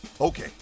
Okay